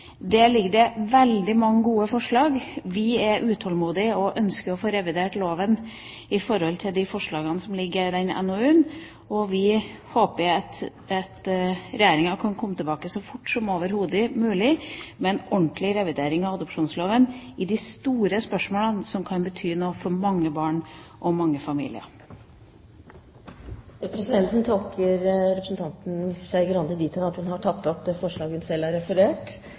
Der ligger det veldig mange gode forslag. Vi er utålmodige og ønsker å få revidert loven i forhold til de forslagene som ligger i den NOU-en, og vi håper at Regjeringen kan komme tilbake så fort som overhodet mulig med en ordentlig revidering av adopsjonsloven i de store spørsmålene som kan bety noe for mange barn og mange familier. Presidenten tolker representanten Skei Grande dit hen at hun har tatt opp det forslag hun